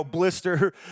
Blister